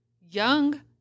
young